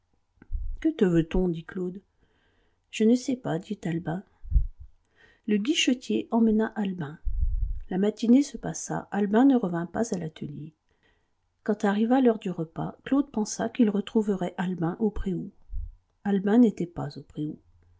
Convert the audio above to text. que te veut-on dit claude je ne sais pas dit albin le guichetier emmena albin la matinée se passa albin ne revint pas à l'atelier quand arriva l'heure du repas claude pensa qu'il retrouverait albin au préau albin n'était pas au préau